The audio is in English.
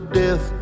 death